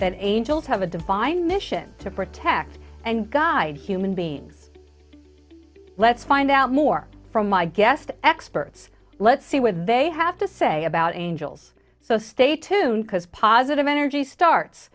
that age old have a divine mission to protect and guide human beings let's find out more from my guest experts let's see what they have to say about angels so stay tuned because positive energy starts